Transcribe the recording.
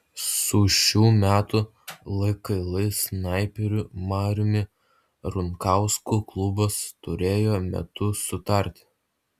su šių metų lkl snaiperiu mariumi runkausku klubas turėjo metų sutartį